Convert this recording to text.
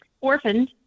orphaned